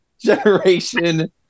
generation